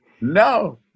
No